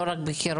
ולא רק בחירום?